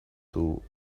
tool